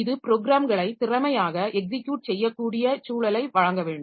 இது ப்ரோக்ராம்களை திறமையாக எக்ஸிக்யுட் செய்யக்கூடிய சூழலை வழங்க வேண்டும்